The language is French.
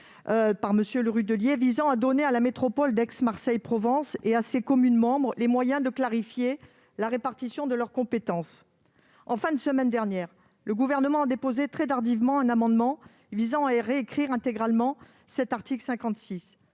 par M. Le Rudulier visant à donner à la métropole d'Aix-Marseille-Provence et à ses communes membres les moyens de clarifier la répartition de leurs compétences. En fin de semaine dernière, le Gouvernement a déposé très tardivement un amendement visant à réécrire intégralement cet article 56.